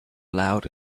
loud